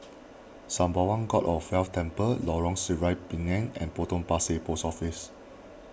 Sembawang God of Wealth Temple Lorong Sireh Pinang and Potong Pasir Post Office